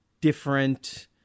different